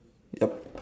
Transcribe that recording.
yup